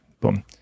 Boom